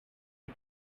you